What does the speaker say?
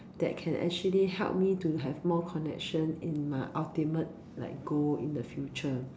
that can actually help me to have more connection in my ultimate like goal in the future